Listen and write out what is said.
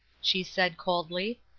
she said, coldly.